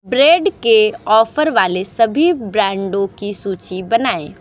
bread के offer वाले सभी ब्रैन्डों की सूची बनाएँ